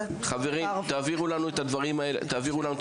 חברים, תעבירו לנו את הדברים האלה.